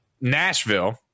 Nashville